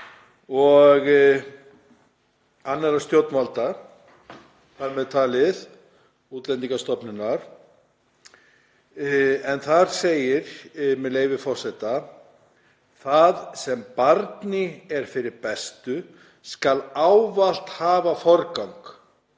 og annarra stjórnvalda, þar með talið Útlendingastofnunar, en þar segir, með leyfi forseta: „Það sem barni er fyrir bestu skal ávallt hafa forgang